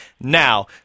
now